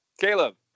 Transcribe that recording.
caleb